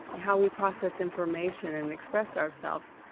how we process information and express ourselves.